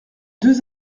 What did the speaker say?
deux